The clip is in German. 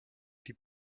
die